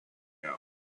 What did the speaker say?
out